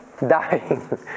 Dying